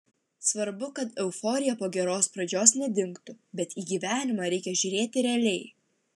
svarbu kad euforija po geros pradžios nedingtų bet į gyvenimą reikia žiūrėti realiai